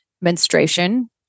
menstruation